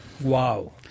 Wow